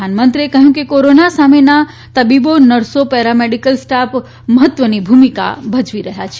પ્રધાનમંત્રીએ કહ્યું કે કોરોના સામેના તબીબોનર્સો પેરામેડિકલ સ્ટાફ મહત્વની ભૂમિકા ભજવી રહ્યા છે